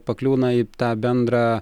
pakliūna į tą bendrą